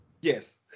Yes